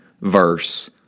verse